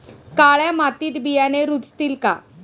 काळ्या मातीत बियाणे रुजतील का?